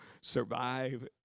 survive